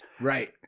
Right